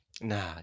Nah